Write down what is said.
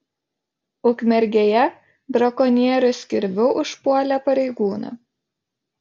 ukmergėje brakonierius kirviu užpuolė pareigūną